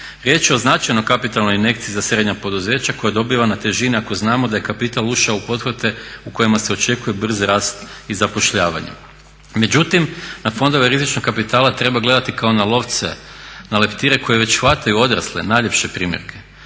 Riječ je o značajnoj kapitalnoj injekciji za srednja poduzeća koja dobiva na težini ako znao da je kapital ušao u pothvate u kojima se očekuje brz rast i zapošljavanje. Međutim, na fondove rizičnog kapitala treba gledati kao na lovce na leptire koji već hvataju odrasle, najljepše primjerke.